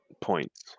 Points